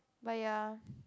but ya